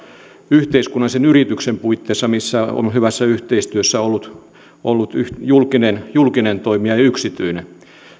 yhteiskunnallisen yrityksen puitteissa missä on hyvässä yhteistyössä ollut ollut julkinen julkinen toimija ja yksityinen toimija